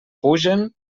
pugen